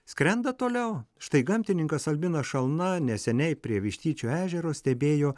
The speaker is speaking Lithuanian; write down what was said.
skrenda toliau štai gamtininkas albinas šalna neseniai prie vištyčio ežero stebėjo